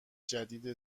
جدید